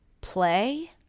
play